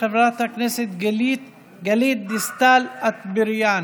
חברת הכנסת גלית דיסטל אטבריאן,